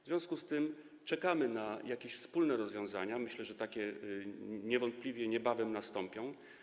W związku z tym czekamy na jakieś wspólne rozwiązania, myślę, że takie niewątpliwie niebawem będą.